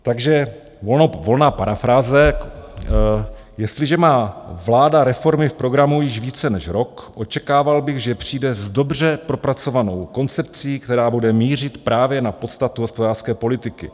Takže ona parafráze, jestliže má vláda reformy v programu již více než rok, očekával bych, že přijde s dobře propracovanou koncepcí, která bude mířit právě na podstatu hospodářské politiky.